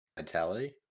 Mentality